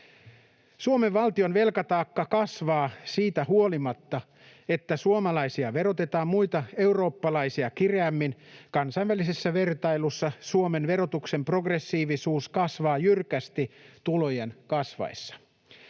Suomen valtion velkataakka kasvaa siitä huolimatta, että suomalaisia verotetaan muita eurooppalaisia kireämmin. Kansainvälisessä vertailussa Suomen verotuksen progressiivisuus kasvaa jyrkästi tulojen kasvaessa.